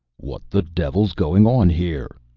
what the devil's going on here?